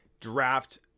draft